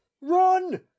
run